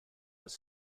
was